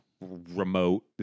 remote